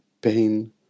pain